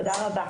תודה רבה.